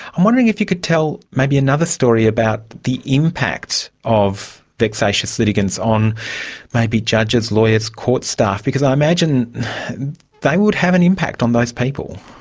i'm wondering if you could tell maybe another story about the impact of the vexatious litigants on maybe judges, lawyers, court staff? because i imagine they would have an impact on those people.